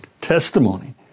testimony